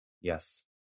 Yes